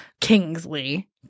Kingsley